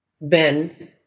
Ben